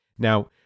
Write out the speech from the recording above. Now